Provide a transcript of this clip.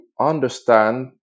understand